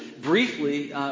briefly